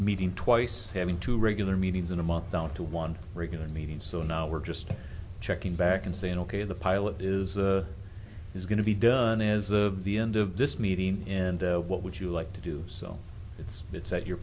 meeting twice having two regular meetings in a month down to one regular meeting so now we're just checking back and saying ok the pilot is is going to be done as of the end of this meeting and what would you like to do so it's it's that your